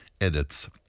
edits